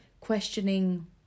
questioning